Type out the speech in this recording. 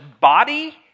body